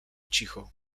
cicho